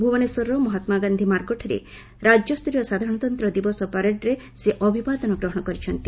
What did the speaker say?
ଭୁବନେଶ୍ୱରର ମହାତ୍ମାଗାନ୍ଧି ମାର୍ଗଠାରେ ରାଜ୍ୟସ୍ତରୀୟ ସାଧାରଣତନ୍ତ୍ର ଦିବସ ପ୍ୟାରେଡ୍ରେ ସେ ଅଭିବାଦନ ଗ୍ରହଣ କରିଛନ୍ତି